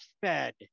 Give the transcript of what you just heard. fed